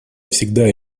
всегда